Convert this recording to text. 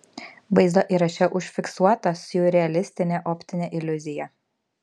vaizdo įraše užfiksuota siurrealistinė optinė iliuzija